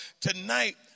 Tonight